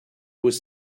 was